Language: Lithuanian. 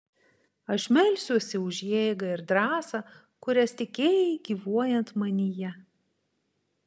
aš melsiuosi už jėgą ir drąsą kurias tikėjai gyvuojant manyje